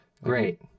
Great